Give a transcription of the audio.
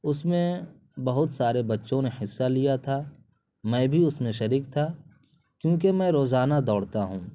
اس میں بہت سارے بچوں نے حصہ لیا تھا میں بھی اس میں شریک تھا کیونکہ میں روزانہ دوڑتا ہوں